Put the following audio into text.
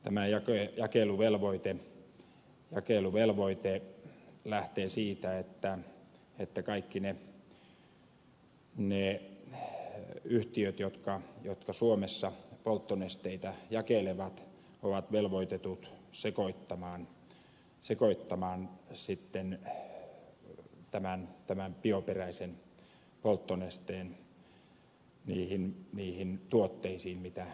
tämä jakeluvelvoite lähtee siitä että kaikki ne yhtiöt jotka suomessa polttonesteitä jakelevat ovat velvoitetut sekoittamaan tämän bioperäisen polttonesteen niihin tuotteisiin mitä myyvät